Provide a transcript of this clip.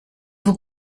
vous